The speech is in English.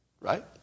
Right